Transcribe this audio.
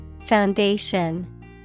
Foundation